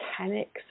mechanics